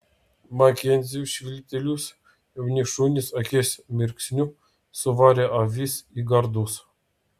makenziui švilptelėjus jauni šunys akies mirksniu suvarė avis į gardus